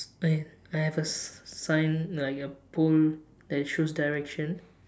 !aiya! I have a sign like a pole that shows direction